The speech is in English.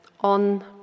on